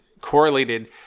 correlated